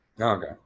Okay